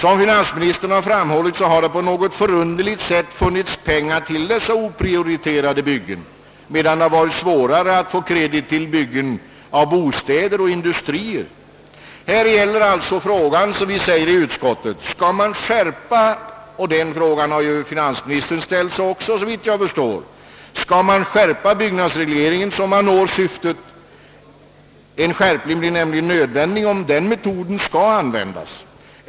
Som finansministern framhållit har det på något förunderligt sätt alltid funnits pengar till sådana här oprioriterade byggen, medan det varit svårare att få kredit till byggandet av bostäder och industrier. Frågan är alltså, har vi sagt oss i utskottet — denna fråga har såvitt jag förstår även finansministern ställt sig: Skall man skärpa byggnadsregleringen så att man når syftet att minska antalet oprioriterade byggen — en skärpning blir nämligen nödvändig om den vägen skall användas?